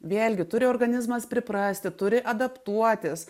vėlgi turi organizmas priprasti turi adaptuotis